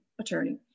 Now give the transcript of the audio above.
attorney